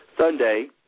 Sunday